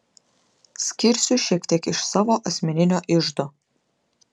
skirsiu šiek tiek iš savo asmeninio iždo